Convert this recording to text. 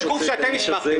יש גוף שאתם הסמכתם,